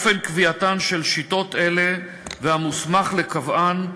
את אופן קביעתן של שיטות אלה והמוסמך לקובען,